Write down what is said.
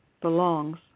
belongs